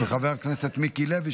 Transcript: של חבר הכנסת מיקי לוי,